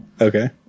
Okay